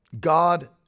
God